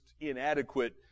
inadequate